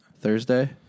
Thursday